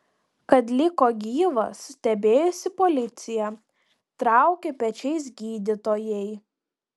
kad liko gyvas stebėjosi policija traukė pečiais gydytojai